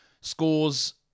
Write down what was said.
scores